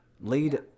lead